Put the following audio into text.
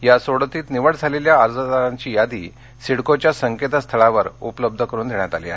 या सोडतीत निवड झालेल्या अर्जदारांची यादी सिडकोच्या संकेतस्थळावर उपलब्ध करुन देण्यात आली आहे